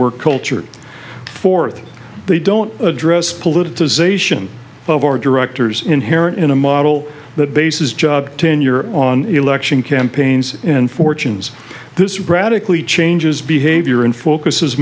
work culture forth they don't address politicization of our directors inherent in a model that bases job tenure on election campaigns in fortunes this radically changes behavior in focus